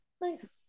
Nice